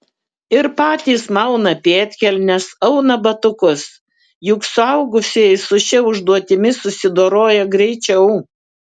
ir patys mauna pėdkelnes auna batukus juk suaugusieji su šia užduotimi susidoroja greičiau